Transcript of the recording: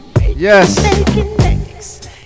Yes